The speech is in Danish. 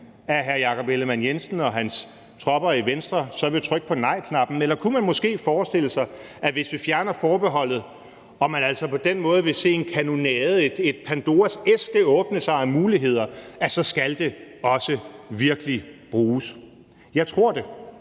indestængte ambitioner på Danmarks vegne så vil trykke på nejknappen? Eller kunne man måske forestille sig, at hvis vi fjerner forbeholdet og altså på den måde vil se en kanonade, en Pandoras æske af muligheder åbne sig, så skal de virkelig også bruges? Jeg tror det.